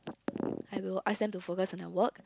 I will ask them to focus on their work